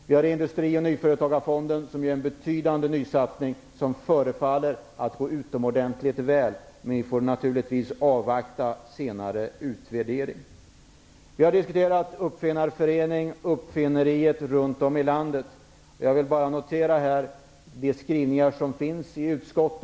Vi har Industri och nyföretagarfonden, som ger en betydande nysatsning som förefaller att gå utomordentligt väl. Men vi får naturligtvis avvakta senare utvärdering. Vi har diskuterat uppfinnarföreningar och uppfinnarverksamhet runt om i landet. Jag vill bara notera de skrivningar som finns i utskottet.